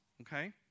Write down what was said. okay